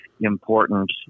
important